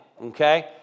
okay